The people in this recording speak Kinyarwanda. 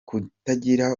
kutagira